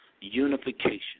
unification